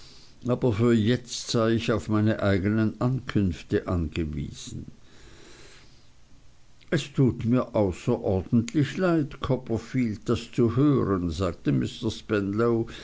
aber für jetzt sei ich auf meine eignen einkünfte angewiesen es tut mir außerordentlich leid copperfield das zu hören sagte